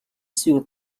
sur